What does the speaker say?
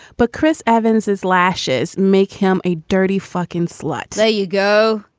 but chris evans is lashes. make him a dirty fucking slut there you go.